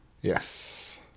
Yes